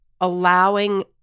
allowing